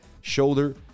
shoulder